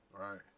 Right